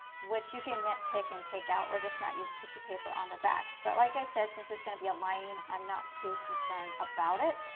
which you can nitpick and take out or just not use tissue paper on the back. but like i said, since there is going to be a lining, i am not too concerned about it.